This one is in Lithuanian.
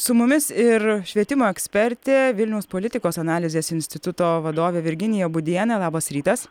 su mumis ir švietimo ekspertė vilniaus politikos analizės instituto vadovė virginija būdienė labas rytas